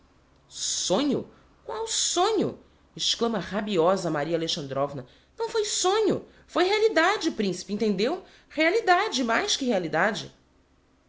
sonho sonho qual sonho exclama rabiosa maria alexandrovna não foi sonho foi realidade principe intendeu realidade e mais que realidade